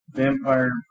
vampire